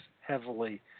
heavily